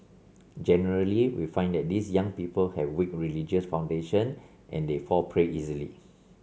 generally we find that these young people have weak religious foundation and they fall prey easily